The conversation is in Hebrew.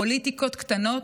פוליטיקות קטנות,